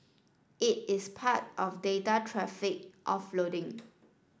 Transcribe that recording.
it is part of data traffic offloading